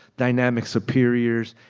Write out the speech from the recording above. dynamic superiors.